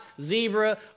zebra